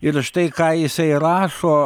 ir štai ką jisai rašo